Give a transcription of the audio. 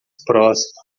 próximo